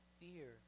fear